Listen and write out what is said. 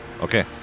Okay